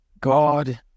God